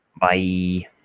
bye